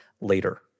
later